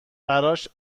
براش